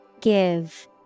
give